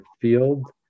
field